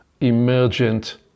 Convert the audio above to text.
emergent